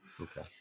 Okay